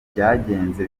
byagenze